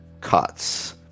cuts